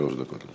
שלוש דקות.